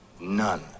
none